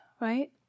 right